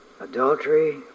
Adultery